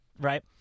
Right